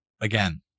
again